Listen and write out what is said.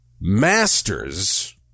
Masters